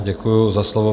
Děkuji za slovo.